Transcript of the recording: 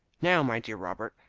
now, my dear robert,